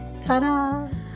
Ta-da